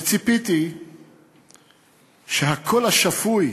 וציפיתי שהקול השפוי